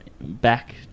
Back